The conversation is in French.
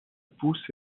pouce